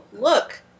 look